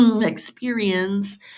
experience